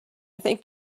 think